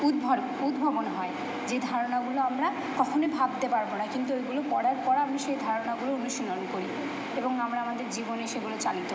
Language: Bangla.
উদ্ভাবন হয় যেই ধারণাগুলো আমরা কখনোই ভাবতে পারবো না কিন্তু ওইগুলো করার পর আমরা সেই ধারণাগুলো অনুশীলন করি এবং আমরা আমাদের জীবনে সেগুলো চালিত করি